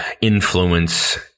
influence